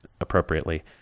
appropriately